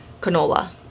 canola